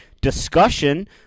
discussion